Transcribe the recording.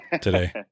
today